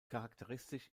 charakteristisch